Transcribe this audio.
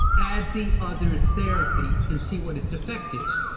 add the other therapy and see what its effect is.